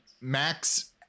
Max